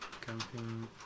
Camping